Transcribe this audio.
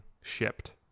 shipped